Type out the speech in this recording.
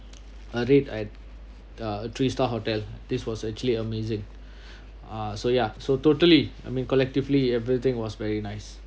a rate at uh three star hotel this was actually amazing ah so ya so totally I mean collectively everything was very nice